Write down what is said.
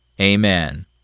Amen